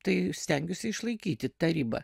tai stengiuosi išlaikyti tarybą